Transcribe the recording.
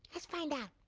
let's find out.